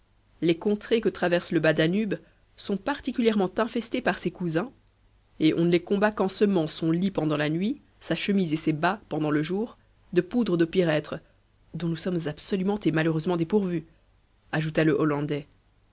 les contrées que traverse le bas danube sont particulièrement infestées par ces cousins et on ne les combat qu'en semant son lit pendant la nuit su chemise et ses bas pendant le jour de poudre du pyrèthre dont nous sommes absolument et malheureusement dépourvus ajouta le hollandais